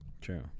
True